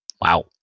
wow